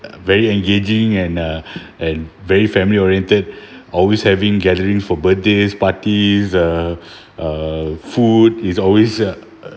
very engaging and uh and very family oriented always having gatherings for birthdays parties uh uh food is always uh